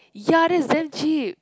ya that's damn cheap